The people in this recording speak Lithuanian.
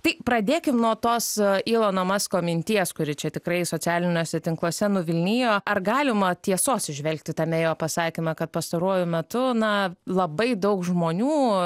tai pradėkim nuo tos ylano masko minties kuri čia tikrai socialiniuose tinkluose nuvilnijo ar galima tiesos įžvelgti tame jo pasakyme kad pastaruoju metu na labai daug žmonių